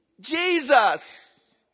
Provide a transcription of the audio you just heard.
Jesus